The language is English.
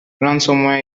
ransomware